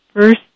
first